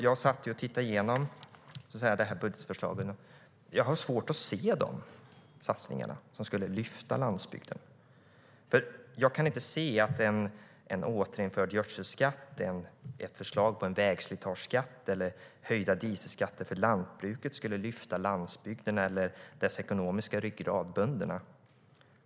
Jag satt och tittade igenom budgetförslaget, och jag har svårt att se de satsningar som skulle lyfta landsbygden. Jag kan nämligen inte se att en återinförd gödselskatt, ett förslag på en vägslitageskatt eller höjda dieselskatter för lantbruket skulle lyfta landsbygden eller dess ekonomiska ryggrad bönderna.